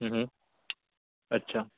अच्छा